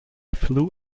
flew